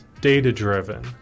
data-driven